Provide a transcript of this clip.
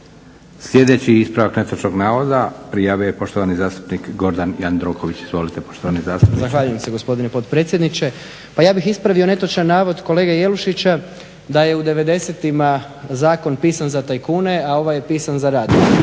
Gordan Jandroković. Izvolite poštovani zastupniče. **Jandroković, Gordan (HDZ)** Zahvaljujem se gospodine potpredsjedniče. Pa ja bih ispravio netočan navod kolege Jelušića da je u '90-ima zakon pisan za tajkune, a ovaj je pisan za radnike.